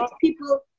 people